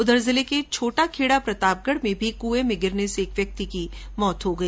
उधर जिले के छोटा खेड़ा प्रतापगढ में भी कुए में गिरने से एक व्यक्ति की मृत्यु हो गई